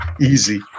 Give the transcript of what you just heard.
easy